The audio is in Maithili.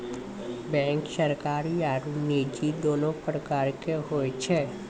बेंक सरकारी आरो निजी दोनो प्रकार के होय छै